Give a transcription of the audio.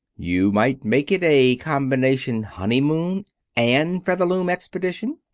you might make it a combination honeymoon and featherloom expedition.